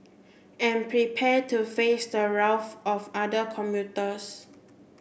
and prepare to face the wrath of other commuters